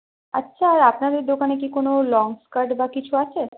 আচ্ছা আপনাদের দোকানে কি কোনো লং স্কার্ট বা কিছু আছে